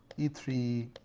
e three.